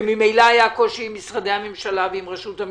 וממילא היה קושי עם משרדי הממשלה ועם רשות המיסים.